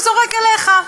הוא זורק אליך.